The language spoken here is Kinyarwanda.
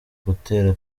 gutera